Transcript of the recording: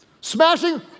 Smashing